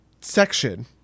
section